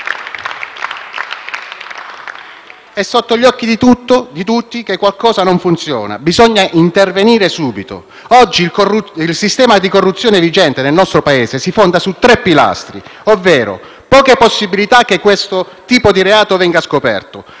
È sotto gli occhi di tutti che qualcosa non funziona: bisogna intervenire subito. Il sistema di corruzione vigente nel nostro Paese si fonda su tre pilastri, ovvero: poche possibilità che questo tipo di reato venga scoperto;